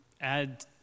add